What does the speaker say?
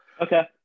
okay